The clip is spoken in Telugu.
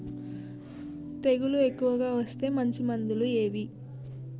తెగులు ఎక్కువగా వస్తే మంచి మందులు ఏవి?